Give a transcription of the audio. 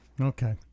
Okay